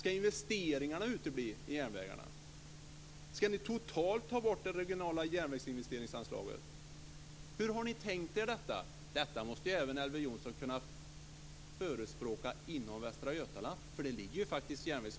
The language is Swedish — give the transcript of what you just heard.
Ska investeringar i järnvägar utebli? Ska ni ta bort det regionala järnvägsinvesteringsanslaget helt? Hur har ni tänkt er detta? Detta måste ju även Elver Jonsson kunna förespråka inom Västra Götaland, eftersom det ligger järnvägsprojekt även där.